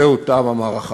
זהו, תמה המערכה.